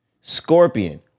Scorpion